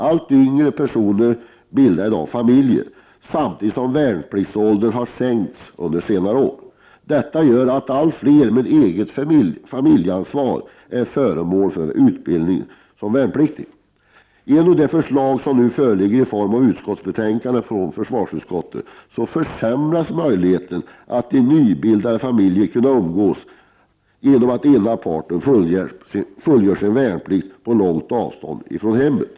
Allt yngre personer bildar i dag familj, samtidigt som värnpliktsåldern har sänkts under senare år. Detta gör att allt flera personer med eget familjeansvar är föremål för värnpliktsutbildning. Genom det förslag som nu föreligger i form av utskottsbetänkande från försvarsutskottet, försämras möjligheten för nybildade familjer att umgås, eftersom den ena parten fullgör sin värnplikt på långt avstånd från hemmet.